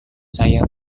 saya